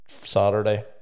Saturday